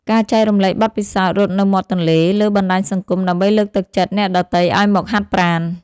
ការចែករំលែកបទពិសោធន៍រត់នៅមាត់ទន្លេលើបណ្ដាញសង្គម ដើម្បីលើកទឹកចិត្តអ្នកដទៃឱ្យមកហាត់ប្រាណ។